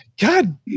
god